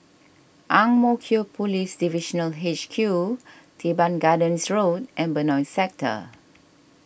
Ang Mo Kio Police Divisional H Q Teban Gardens Road and Benoi Sector